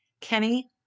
Kenny